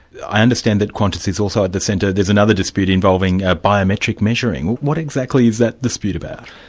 i understand that qantas is also a dissenter, there's another dispute involving ah biometric measuring. what exactly is that dispute about?